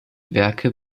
werke